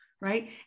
right